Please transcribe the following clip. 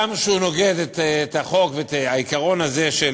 גם שהוא נוגד את החוק ואת העיקרון הזה של